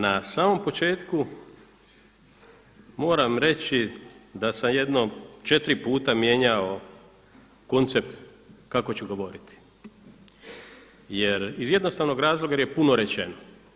Na samom početku moram reći da sam jedno četiri puta mijenjao koncept kako ću govoriti jer iz jednostavnog razloga jer je puno rečeno.